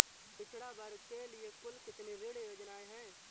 पिछड़ा वर्ग के लिए कुल कितनी ऋण योजनाएं हैं?